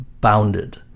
bounded